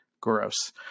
Gross